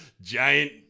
giant